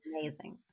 amazing